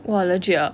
!wah! legit ah